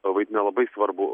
vaidina labai svarbų